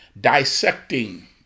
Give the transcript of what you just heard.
dissecting